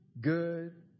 good